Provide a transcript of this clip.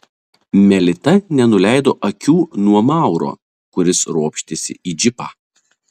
melita nenuleido akių nuo mauro kuris ropštėsi į džipą